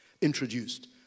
introduced